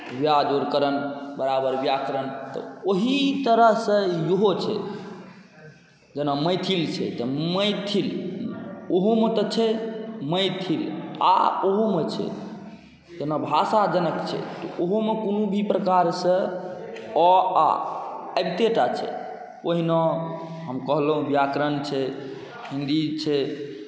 व्या जोड़ करण बराबर व्याकरण तऽ ओहि तरहसँ इहो छै जेना मैथिल छै तऽ मैथिल ओहोमे तऽ छै मैथिल आओर ओहोमे छै जेना भाषाजनक छै ओहोमे कोनो भी प्रकारसँ अ आ आबितेटा छै ओहिना हम कहलहुँ व्याकरण छै हिन्दी छै